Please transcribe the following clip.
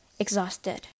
exhausted